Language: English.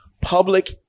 Public